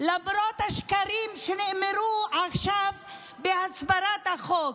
למרות השקרים שנאמרו עכשיו בהסברת החוק,